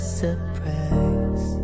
surprise